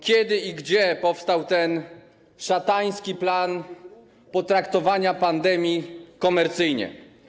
Kiedy i gdzie powstał ten szatański plan potraktowania pandemii komercyjnie?